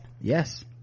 yes